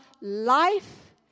life